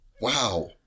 Wow